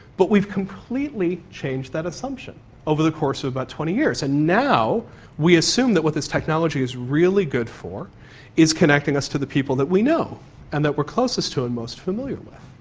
but we've completely changed that assumption over the course of about twenty years, and now we assume that what this technology is really good for is connecting us to the people that we know and that we're closest to and most familiar with.